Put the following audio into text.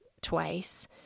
twice